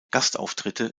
gastauftritte